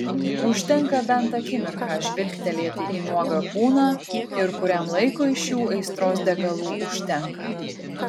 užtenka bent akimirką žvilgtelėti į nuogą kūną ir kuriam laikui šių aistros degalų užtenka